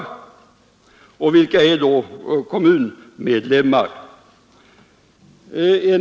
Vilka är då kommunmedlemmar?